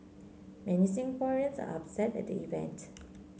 many Singaporeans are upset at the event